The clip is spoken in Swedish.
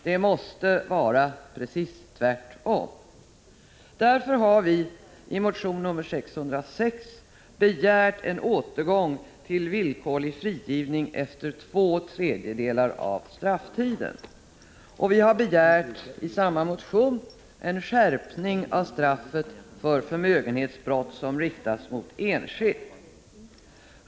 Det måste vara precis tvärtom. Därför har vi i motion 606 begärt en återgång till villkorlig frigivning efter två tredjedelar av strafftiden. Vi har i samma motion begärt en skärpning av straffet för förmögenhetsbrott som riktas mot enskild.